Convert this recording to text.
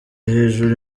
hejuru